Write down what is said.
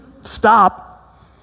stop